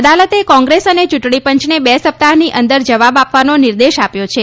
અદાલતે કોંગ્રેસ અને ચૂંટણીપંચને બે સપ્તાહની અંદર જવાબ આપવાનો નિર્દેશ આપ્યો છે